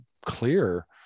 clear